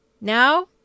Now